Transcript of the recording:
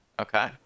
Okay